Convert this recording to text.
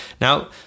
now